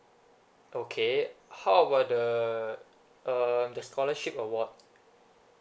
okay how about the err the scholarship award